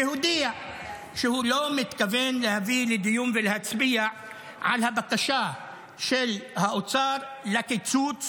שהודיע שהוא לא מתכוון להביא לדיון ולהצביע על הבקשה של האוצר לקיצוץ